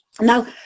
Now